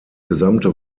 gesamte